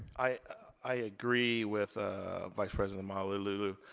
i agree with ah vice president malauulu.